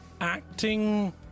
acting